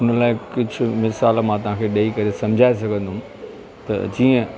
हुन लाइ कुझु मिसाल मां तव्हांखे ॾेई करे सम्झाए सघंदुमि त जीअं